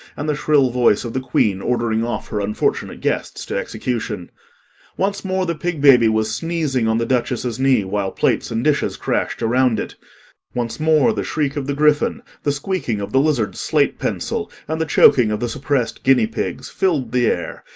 and the shrill voice of the queen ordering off her unfortunate guests to execution once more the pig-baby was sneezing on the duchess's knee, while plates and dishes crashed around it once more the shriek of the gryphon, the squeaking of the lizard's slate-pencil, and the choking of the suppressed guinea-pigs, filled the air,